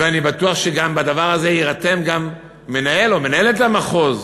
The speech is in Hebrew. ואני בטוח שלדבר הזה יירתם גם מנהל או מנהלת המחוז.